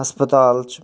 ہَسپَتال چھُ